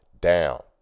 down